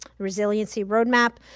resiliency roadmap,